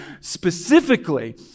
specifically